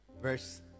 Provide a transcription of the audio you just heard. Verse